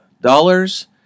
dollars